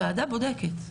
הוועדה בודקת,